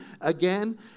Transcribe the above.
again